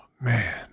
Man